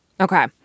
Okay